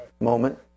Moment